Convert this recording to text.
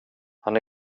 han